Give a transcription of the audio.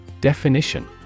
Definition